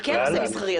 זה כן נושא מסחרי.